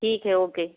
ठीक है ओके